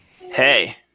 Hey